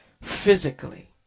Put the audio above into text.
physically